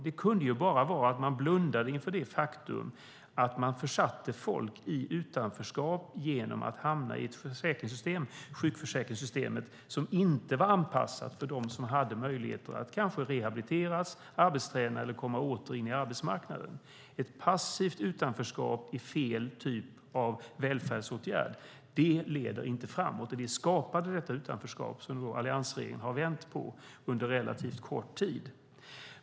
Det kunde bara vara att man blundade inför det faktum att man försatte människor i utanförskap genom att de hamnade i ett sjukförsäkringssystem som inte var anpassat till dem som hade möjligheter att kanske rehabiliteras, arbetsträna eller komma åter in i arbetsmarknaden. Ett passivt utanförskap är fel typ av välfärdsåtgärd och leder inte framåt. Det skapade detta utanförskap som alliansregeringen har vänt på under relativt kort tid.